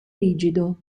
rigido